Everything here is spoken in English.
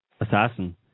assassin